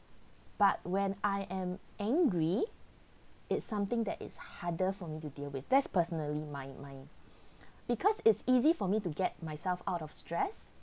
but when I am angry it's something that is harder for me to deal with that's personally my mind because it's easy for me to get myself out of stress